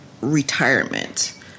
retirement